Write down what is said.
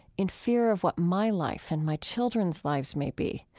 in fear of what my life and my children's lives may be,